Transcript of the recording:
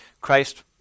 Christ